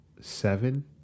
Seven